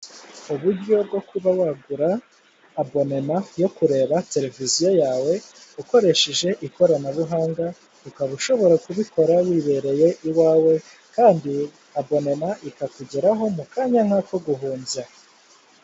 Uburyo bwo kuba wagura abonoma yo kureba televiziyo yawe ukoresheje ikoranabuhanga ukaba ushobora kubikora wibereye iwawe kandi abonoma ikakugeraho mu kanya nk'ako guhumbya.